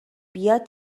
بیاد